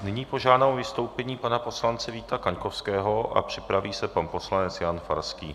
Nyní požádám o vystoupení pana poslance Víta Kaňkovského a připraví se pan poslanec Jan Farský.